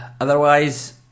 otherwise